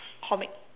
comic